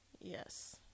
Yes